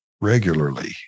regularly